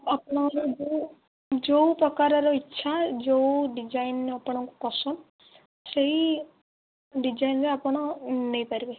ଆପଣଙ୍କର ଯେଉଁ ଯେଉଁ ପ୍ରକାରର ଇଚ୍ଛା ଯେଉଁ ଡିଜାଇନର ଆପଣ ପସନ୍ଦ ସେଇ ଡିଜାଇନରେ ଆପଣ ନେଇପାରିବେ